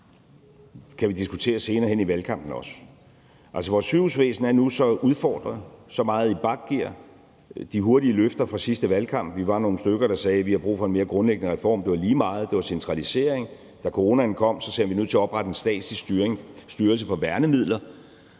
hen også diskutere i valgkampen. Altså, vores sygehusvæsen er nu så udfordret, så meget i bakgear, at de hurtige løfter fra sidste valgkamp ikke duer. Vi var nogle stykker, der sagde, at vi har brug for en mere grundlæggende reform, men det var lige meget, for det var en centralisering. Da coronaen kom, sagde man, at det var nødvendigt at oprette en statslig styrelse for værnemidler,